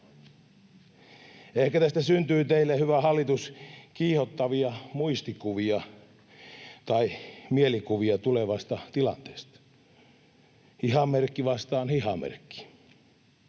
Ehkä tästä syntyy teille, hyvä hallitus, kiihottavia muistikuvia — tai mielikuvia tulevasta tilanteesta. Hihamerkki vastaan hihamerkki.